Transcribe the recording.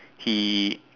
he